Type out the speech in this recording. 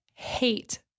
hate